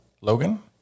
logan